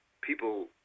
people